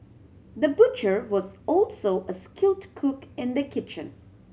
the butcher was also a skilled cook in the kitchen